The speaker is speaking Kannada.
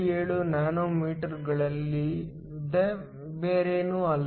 77 ನ್ಯಾನೋಮೀಟರ್ಗಳಲ್ಲದೆ ಬೇರೇನೂ ಅಲ್ಲ